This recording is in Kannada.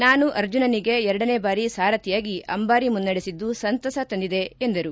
ನಾನು ಅರ್ಜುನನಿಗೆ ಎರಡನೇ ಬಾರಿ ಸಾರಥಿಯಾಗಿ ಅಂಬಾರಿ ಮುನ್ನಡೆಸಿದ್ದು ಸಂತಸ ತಂದಿದೆ ಎಂದರು